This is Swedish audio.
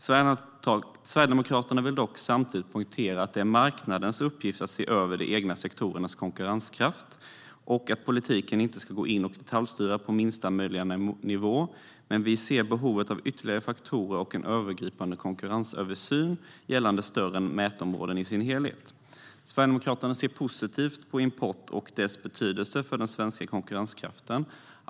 Sverigedemokraterna vill dock samtidigt poängtera att det är marknadens uppgift att se över de egna sektorernas konkurrenskraft och att politiken inte ska gå in och detaljstyra på minsta möjliga nivå, men vi ser behovet av ytterligare faktorer och en övergripande konkurrensöversyn gällande större mätområden i sin helhet. Sverigedemokraterna ser positivt på import och dess betydelse för den svenska konkurrenskraften.